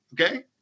Okay